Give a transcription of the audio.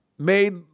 Made